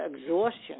exhaustion